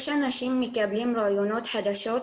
יש אנשים שמקבלים רעיונות חדשים